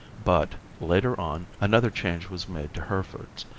but, later on, another change was made to herefords,